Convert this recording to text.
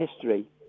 history